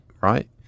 Right